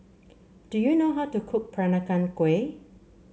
do you know how to cook Peranakan Kueh